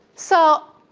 so,